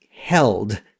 held